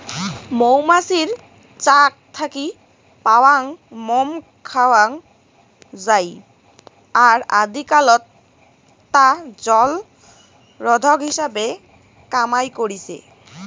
মৌমাছির চাক থাকি পাওয়াং মোম খাওয়াং যাই আর আদিকালত তা জলরোধক হিসাবে কামাই করিচে